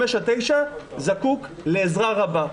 5 9 זקוק לעזרה רבה.